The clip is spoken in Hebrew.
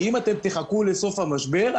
כי אם אתם תחכו לסוף מהשבר,